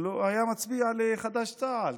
הוא היה מצביע לחד"ש-תע"ל,